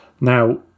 Now